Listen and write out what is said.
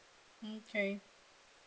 okay